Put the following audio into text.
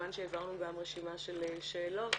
כמובן שהעברנו גם רשימה של שאלות.